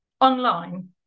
online